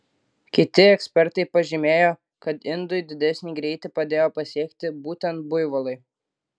kiti ekspertai pažymėjo kad indui didesnį greitį padėjo pasiekti būtent buivolai